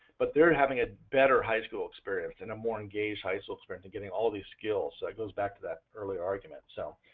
but they are having a better high school experience and a more engaged high school experience and getting all these skills that goes back to that early argument, so.